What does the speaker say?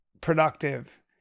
productive